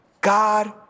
God